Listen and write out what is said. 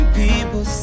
people